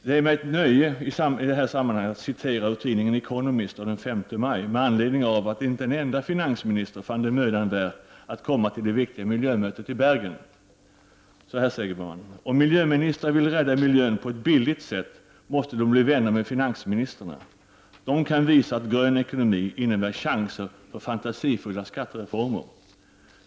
Det är mig i detta sammanhang ett nöje att citera ur tidningen The Economist av den 5 maj 1990 med anledning av att inte en enda finansminister fann det mödan värt att komma till det viktiga miljömötet i Bergen: ”Om miljöministrar vill rädda miljön på ett billigt sätt måste de bli vänner med finansministrarna. De kan visa att grön ekonomi innebär chanser till fantasifulla skattereformer.